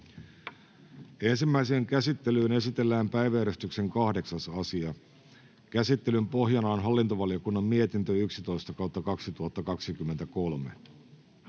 Ensimmäiseen käsittelyyn esitellään päiväjärjestyksen 15. asia. Käsittelyn pohjana on talousvaliokunnan mietintö TaVM